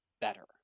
better